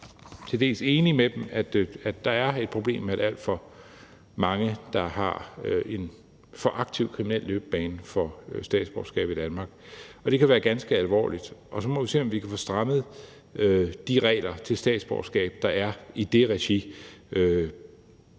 faktisk til dels enig med dem, med, at der er alt for mange, der har en for aktiv kriminel løbebane, men som alligevel får statsborgerskab i Danmark, og det kan være ganske alvorligt. Så må vi se, om vi kan få strammet de regler til statsborgerskab, der er i det regi,